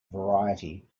variety